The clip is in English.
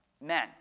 men